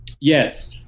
Yes